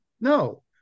no